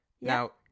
Now